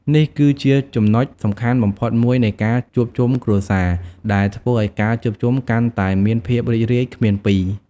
នេះគឺជាចំណុចសំខាន់បំផុតមួយនៃការជួបជុំគ្រួសារ ដែលធ្វើឲ្យការជួបជុំកាន់តែមានភាពរីករាយគ្មានពីរ។